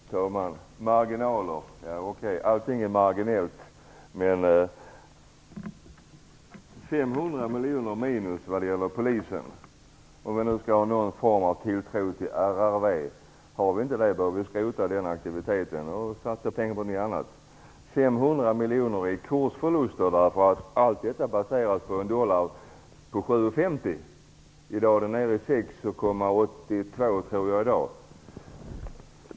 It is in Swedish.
Herr talman! Det talades om marginaler. Okej, allt är marginellt. Men det gäller 500 miljoner minus vad beträffar polisen, om vi nu skall ha någon form av tilltro till RRV. Har vi inte det bör vi skrota den aktiviteten och satsa pengarna på någonting annat. Det gäller 500 miljoner i kursförluster, därför att kalkylerna baseras på en dollar på 7,50. I dag är den nere i 6,82, tror jag.